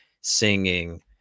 singing